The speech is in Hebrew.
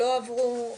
לא עברו.